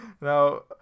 Now